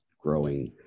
growing